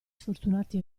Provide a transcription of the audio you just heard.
sfortunati